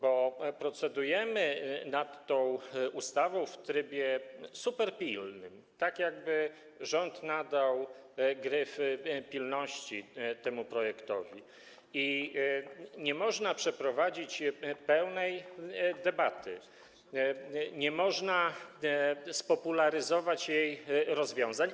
Bo procedujemy nad tą ustawą w trybie superpilnym, tak jakby rząd nadał gryf pilności temu projektowi, i nie można przeprowadzić pełnej debaty, nie można spopularyzować jej rozwiązań.